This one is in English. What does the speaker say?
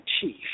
chief